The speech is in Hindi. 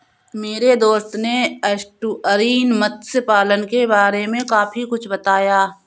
मेरे दोस्त ने एस्टुअरीन मत्स्य पालन के बारे में काफी कुछ बताया